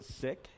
sick